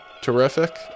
terrific